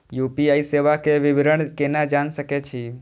UPI सेवा के विवरण केना जान सके छी?